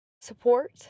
support